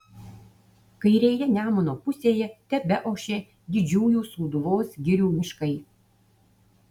kairėje nemuno pusėje tebeošė didžiųjų sūduvos girių miškai